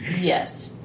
Yes